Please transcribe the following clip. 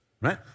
right